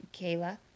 Kayla